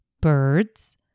birds